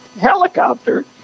helicopter